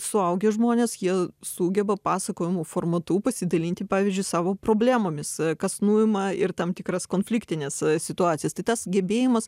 suaugę žmonės jie sugeba pasakojimo formatu pasidalinti pavyzdžiui savo problemomis kas nuima ir tam tikras konfliktines situacijas tai tas gebėjimas